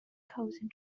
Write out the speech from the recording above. cosine